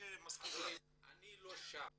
אני לא שם.